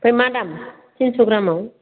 आमफ्राय मा दाम थिनस' ग्रामाव